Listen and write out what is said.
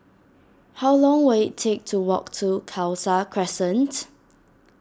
how long will it take to walk to Khalsa Crescent